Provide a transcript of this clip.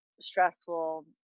stressful